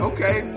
Okay